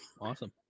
Awesome